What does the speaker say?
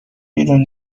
بیرون